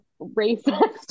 racist